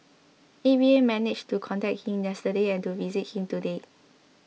A V A managed to contact him yesterday and to visit him today